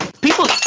people